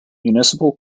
municipal